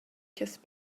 kiss